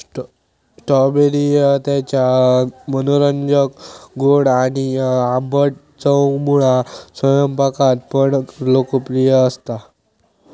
strawberry त्याच्या मनोरंजक गोड आणि आंबट चवमुळा स्वयंपाकात पण लोकप्रिय असता